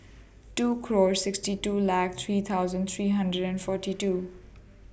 two clause sixty two lac three thousand three hundred and forty two